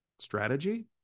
strategy